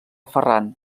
ferran